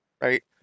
right